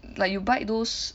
like you bite those